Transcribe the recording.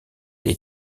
les